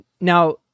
Now